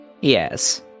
Yes